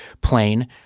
plain